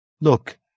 look